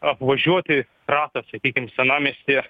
apvažiuoti ratą sakykim senamiestyje